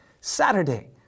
Saturday